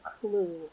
clue